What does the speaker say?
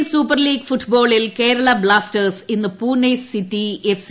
Indian super league ഫുട്ബോളിൽ Kerala Blasters ഇന്ന് Pune city F C